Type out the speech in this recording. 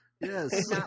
Yes